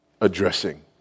addressing